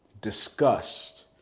disgust